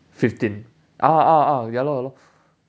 fifteen ah ah ah ya lor ya lor